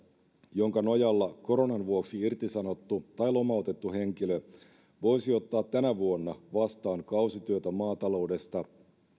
jonka nojalla koronan vuoksi irtisanottu tai lomautettu henkilö voisi ottaa tänä vuonna vastaan kausityötä maataloudesta